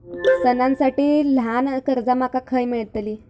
सणांसाठी ल्हान कर्जा माका खय मेळतली?